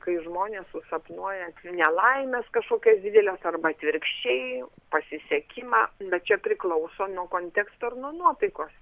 kai žmonės susapnuoja nelaimes kažkokias dideles arba atvirkščiai pasisekimą bet čia priklauso nuo konteksto ir nuo nuotaikos